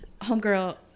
homegirl